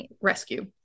rescue